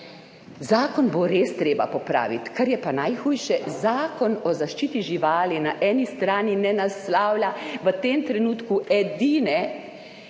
Zakon bo res treba popraviti. Kar je pa najhujše, Zakon o zaščiti živali na eni strani ne naslavlja v tem trenutku edine